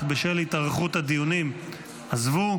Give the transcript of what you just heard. אך בשל התארכות הדיונים עזבו.